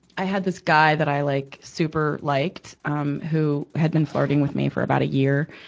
i had this guy that i, like, super liked, um, who had been flirting with me for about a year.